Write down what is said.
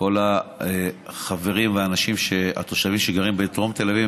כל החברים והתושבים שגרים בדרום תל אביב.